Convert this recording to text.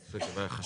זה חשוב לנו.